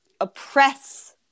oppress